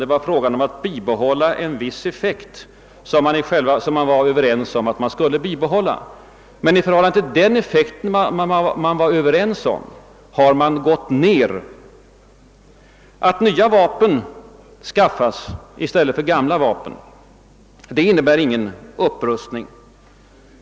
Det är fråga om att bibehålla en viss effekt som man varit övertygad om att man skulle behålla. Men i förhållande till den effekt man då var överens om, har man gått ned. Att nya vapen skaffas i stället för gamla vapen innebär ingen upprustning.